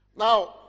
Now